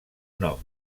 nom